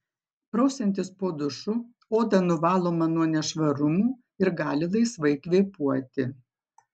prausiantis po dušu oda nuvaloma nuo nešvarumų ir gali laisvai kvėpuoti